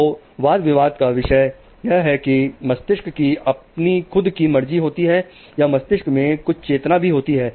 तो वाद विवाद का विषय यह है कि मस्तिष्क कि अपनी खुद की मर्जी होती है या मस्तिष्क में कुछ चेतना भी होती है